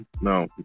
no